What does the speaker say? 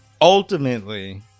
ultimately